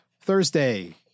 Thursday